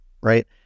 right